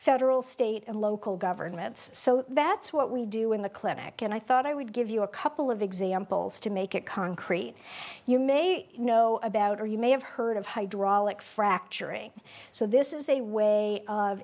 federal state and local governments so that's what we do in the clinic and i thought i would give you a couple of examples to make it concrete you may know about or you may have heard of hydraulic fracturing so this is a way of